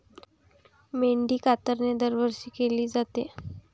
मेंढी कातरणे दरवर्षी केली जाते